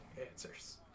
answers